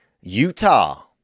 Utah